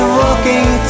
walking